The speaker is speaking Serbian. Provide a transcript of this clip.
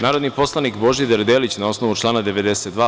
Narodni poslanik Božidar Delić, na osnovu člana 92.